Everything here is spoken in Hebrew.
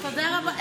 תודה רבה.